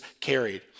carried